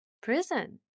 prison